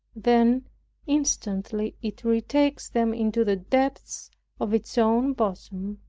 then instantly it retakes them into the depths of its own bosom,